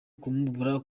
kumubura